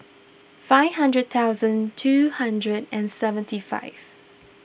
five hundred thousand two hundred and seventy five